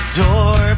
door